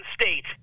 State